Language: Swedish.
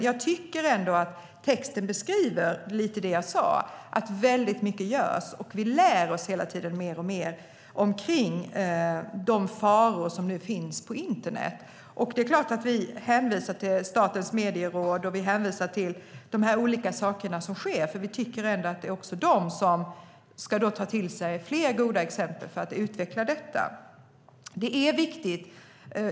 Jag tycker ändå att texten beskriver att väldigt mycket görs. Vi lär oss hela tiden mer och mer omkring de faror som finns på internet. Vi hänvisar till Statens medieråd och de olika saker som sker, för vi tycker att de också ska ta till sig fler goda exempel för att utveckla detta.